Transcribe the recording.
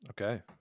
Okay